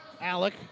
Alec